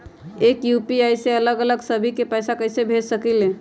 एक यू.पी.आई से अलग अलग सभी के पैसा कईसे भेज सकीले?